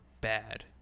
bad